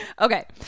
okay